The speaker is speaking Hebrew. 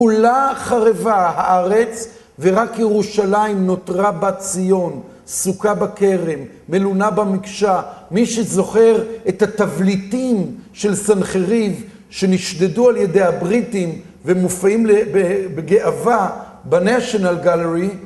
עולה חרבה הארץ, ורק ירושלים נותרה בת ציון, סוכה בכרם, מלונה במקשה, מי שזוכר את התבליטים של סנחריב שנשדדו על ידי הבריטים ומופיעים בגאווה בניישנל גלרי